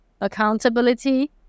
accountability